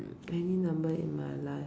any number in my life